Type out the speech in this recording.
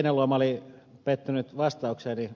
heinäluoma oli pettynyt vastaukseeni